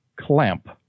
clamp